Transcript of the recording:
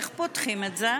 איך פותחים את זה?